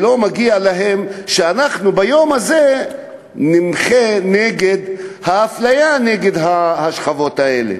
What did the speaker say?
ולא מגיע להן שאנחנו ביום הזה נמחה נגד האפליה נגד השכבות האלה.